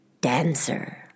dancer